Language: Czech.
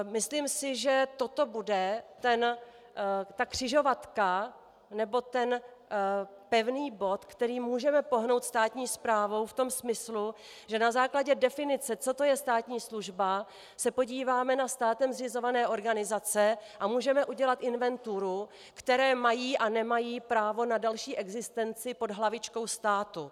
Myslím si, že toto bude ta křižovatka nebo ten pevný bod, kterým můžeme pohnout státní správou v tom smyslu, že na základě definice, co to je státní služba, se podíváme na státem zřizované organizace a můžeme udělat inventuru, které mají a nemají právo na další existenci pod hlavičkou státu.